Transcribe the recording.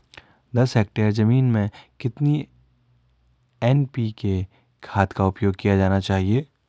दस हेक्टेयर जमीन में कितनी एन.पी.के खाद का उपयोग किया जाना चाहिए?